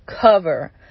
cover